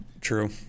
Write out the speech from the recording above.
True